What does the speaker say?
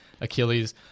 Achilles